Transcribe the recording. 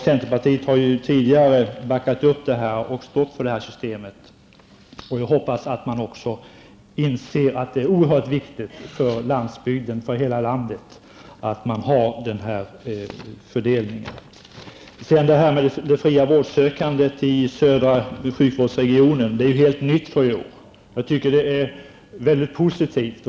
Centerpartiet har tidigare backat upp och stått för det här systemet, och jag hoppas att man också inser att det är oerhört viktigt för landsbygden och för hela landet att denna fördelning görs. Det fria vårdsökandet i den södra sjukvårdsregionen är helt nytt för i år, och det är positivt.